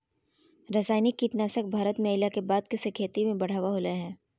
रासायनिक कीटनासक भारत में अइला के बाद से खेती में बढ़ावा होलय हें